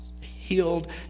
healed